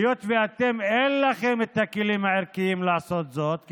היות שאין לכם את הכלים הערכיים לעשות זאת,